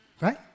right